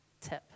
tip